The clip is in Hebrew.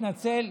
אני מתנצל.